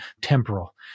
temporal